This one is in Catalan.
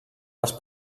dels